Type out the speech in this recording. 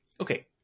Okay